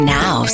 now